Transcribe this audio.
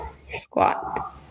Squat